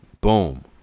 boom